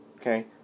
Okay